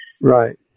Right